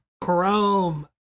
Chrome